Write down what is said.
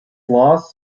loss